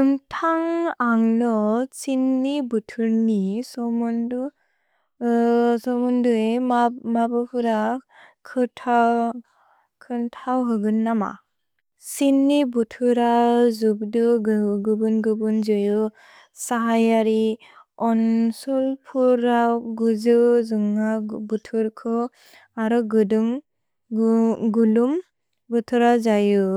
उम्थन्ग् अन्ग्लो सिन्नि बुतुर्नि सोमुन्दु, सोमुन्दु ए मबुपुर कुथौ, कुथौ हुगुन् नम। सिन्नि बुतुर जुब्दु गुबुन्-गुबुन् जो जो सहजरि ओन्सुल्पुर गुजो जुन्ग बुतुर्को अर गुदुन्ग्, गुलुन्ग्। सिन्नि बुतुर जयु